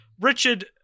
Richard